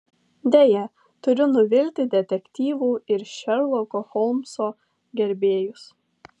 deja turiu nuvilti detektyvų ir šerloko holmso gerbėjus